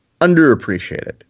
underappreciated